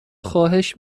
خواهش